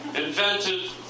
invented